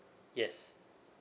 yes